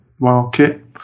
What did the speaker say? market